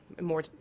more